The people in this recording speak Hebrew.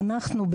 ואנחנו,